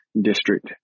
district